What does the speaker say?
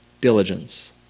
diligence